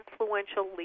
influential